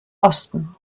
osten